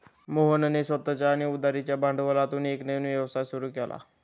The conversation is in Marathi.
मोहनने स्वतःच्या आणि उधारीच्या भांडवलातून एक नवीन व्यवसाय सुरू केला